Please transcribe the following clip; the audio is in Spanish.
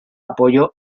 apoyo